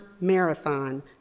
marathon